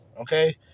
Okay